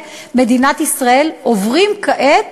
מדינת ישראל, עוברים כעת